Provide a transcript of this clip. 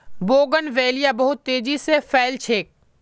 bougainvillea बहुत तेजी स फैल छेक